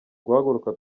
guhaguruka